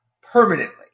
permanently